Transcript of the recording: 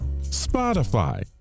Spotify